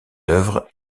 œuvres